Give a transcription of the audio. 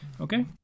Okay